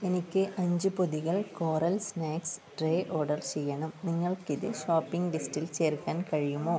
എനിക്ക് അഞ്ച് പൊതികൾ കോറൽ സ്നാക്ക്സ് ട്രേ ഓർഡർ ചെയ്യണം നിങ്ങൾക്കിത് ഷോപ്പിംഗ് ലിസ്റ്റിൽ ചേർക്കാൻ കഴിയുമോ